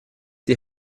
die